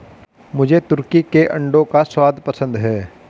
मुझे तुर्की के अंडों का स्वाद पसंद है